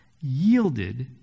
yielded